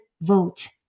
vote